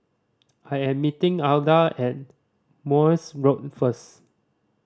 I am meeting Alda at Morse Road first